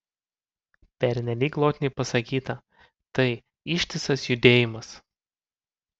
pernelyg glotniai pasakyta tai ištisas judėjimas